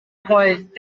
rollen